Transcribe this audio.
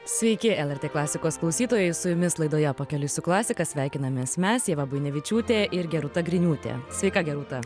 sveiki lrt klasikos klausytojai su jumis laidoje pakeliui su klasika sveikinamės mes ieva buinevičiūtė ir gerūta griniūtė sveika gerūta